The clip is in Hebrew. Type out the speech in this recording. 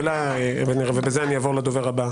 במחילה, אדוני, ובזה אני אעבור לדובר הבא.